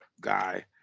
guy